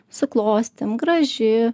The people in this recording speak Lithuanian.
susiklostė graži